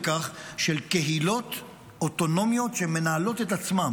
כך של קהילות אוטונומיות שמנהלות את עצמן